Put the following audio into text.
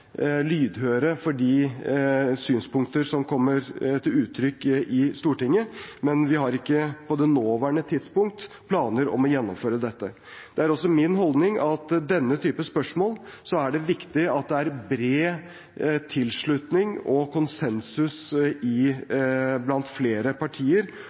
lydhøre for de synspunkter som kommer til uttrykk i Stortinget, men vi har ikke på det nåværende tidspunkt planer om å gjennomføre dette. Det er også min holdning at i denne type spørsmål er det viktig at det er bred tilslutning og konsensus blant flere partier